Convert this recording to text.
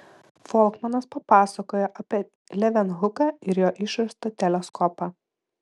folkmanas papasakojo apie levenhuką ir jo išrastą teleskopą